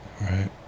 Right